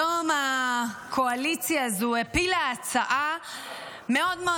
היום הקואליציה הזו הפילה הצעה מאוד מאוד